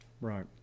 Right